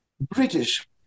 British